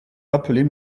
rappeler